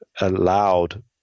allowed